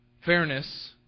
Fairness